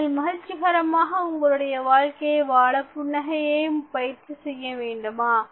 நீங்கள் மகிழ்ச்சிகரமாக உங்களுடைய வாழ்க்கையை வாழ புன்னகையை பயிற்சி செய்ய வேண்டுமா